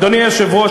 אדוני היושב-ראש,